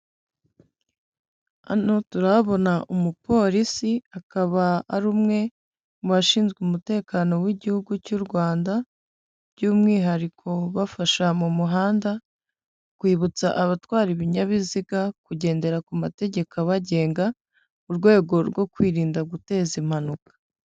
Hano turahabona umupolisi, akaba ari umwe mu bashinzwe umutekano w'igihugu cy'u Rwanda, by'umwihariko ubafasha mu muhanda, kwibutsa abatwara ibinyabiziga kugendera ku mategeko abagenga mu rwego rwo kwirinda guteza impanuka.